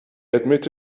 admit